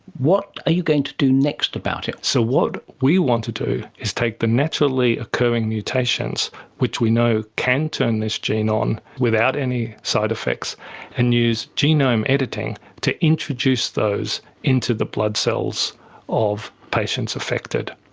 what are you going to do next about it? so what we want to do is take the naturally occurring mutations which we know can turn this gene on without any side effects and use genome editing to introduce those into the blood cells of patients affected.